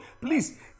Please